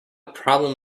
problem